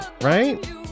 Right